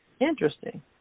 Interesting